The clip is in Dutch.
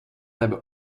hebben